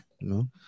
No